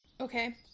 Okay